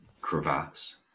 crevasse